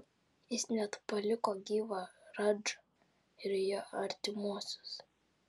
jis net paliko gyvą radžą ir jo artimuosius